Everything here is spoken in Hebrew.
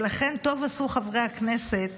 ולכן טוב עשו חברי הכנסת